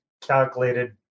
calculated